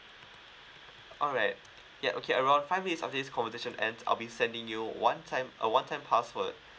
alright ya okay around five minutes of this conversation end I'll be sending you one time a one time password